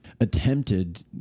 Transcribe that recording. attempted